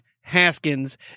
Haskins